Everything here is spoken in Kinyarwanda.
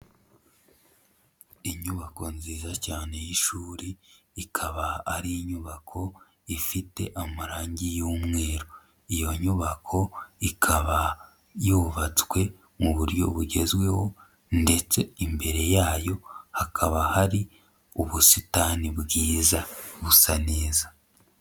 Inyubako nziza cyane y'ishuri, ikaba ari inyubako ifite amarangi y'umweru, iyo nyubako ikaba yubatswe mu buryo bugezweho ndetse imbere yayo hakaba hari ubusitani bwiza busa neza.